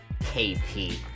KP